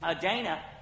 Dana